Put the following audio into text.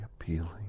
appealing